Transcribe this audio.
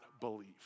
believe